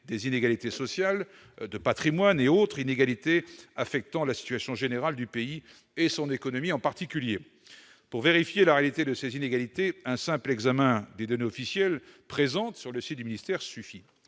des inégalités sociales, de patrimoine et autres, ces inégalités affectant également la situation générale du pays et son économie en particulier. Pour vérifier la réalité de ces inégalités, un simple examen des données officielles, présentes sur le site du ministère, suffit.